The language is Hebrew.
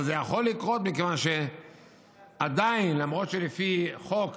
אבל זה יכול לקרות מכיוון שעדיין, למרות שלפי חוק